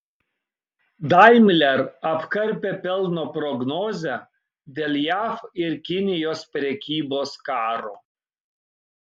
daimler apkarpė pelno prognozę dėl jav ir kinijos prekybos karo